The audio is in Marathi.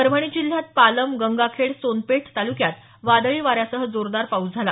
परभणी जिल्ह्यात पालम गंगाखेड सोनपेठ तालुक्यात वादळी वाऱ्यासह जोरदार पाऊस झाला